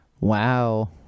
Wow